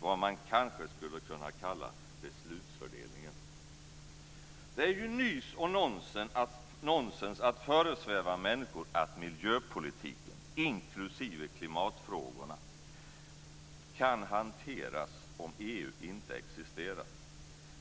vad man kanske skulle kunna kalla beslutsfördelningen. Det är ju nys och nonsens att föresväva människor att miljöpolitiken, inklusive klimatfrågorna, kunde hanteras om EU inte existerade.